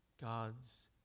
God's